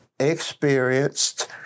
experienced